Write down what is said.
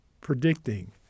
predicting